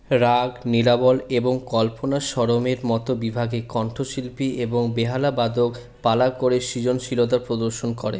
রাগ নিরাবল এবং কল্পনাস্বরমের মতো বিভাগে কণ্ঠশিল্পী এবং বেহালাবাদক পালা করে সৃজনশীলতা প্রদর্শন করে